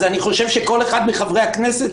אז אני חושב שכל אחד מחברי הכנסת,